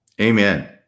Amen